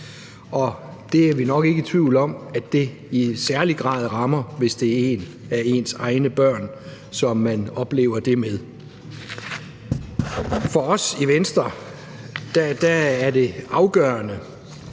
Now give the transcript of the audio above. død. Vi er nok ikke i tvivl om, at det i særlig grad rammer, hvis det er et af ens egne børn, som man oplever det med. For os i Venstre er det afgørende,